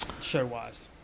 show-wise